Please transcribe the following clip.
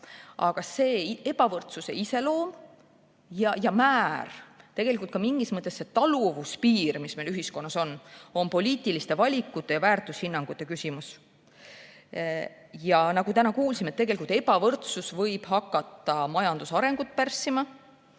Aga see ebavõrdsuse iseloom ja määr, tegelikult ka mingis mõttes see taluvuspiir, mis meil ühiskonnas on, on poliitiliste valikute ja väärtushinnangute küsimus. Nagu täna kuulsime, ebavõrdsus võib hakata majanduse arengut pärssima,